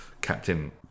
Captain